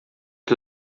que